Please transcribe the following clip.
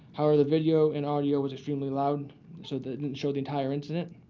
however, the video and audio was extremely loud so that didn't show the entire incident.